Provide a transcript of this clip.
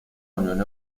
unión